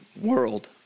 world